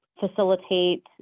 facilitate